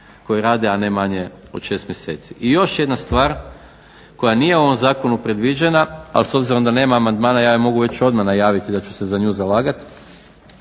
koji rade, a ne manje od 6 mjeseci. I još jedna stvar koja nije u ovom zakonu predviđena, ali s obzirom da nema amandmana ja je mogu već odmah najaviti da ću se za nju zalagati